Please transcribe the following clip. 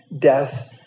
death